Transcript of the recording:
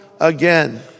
again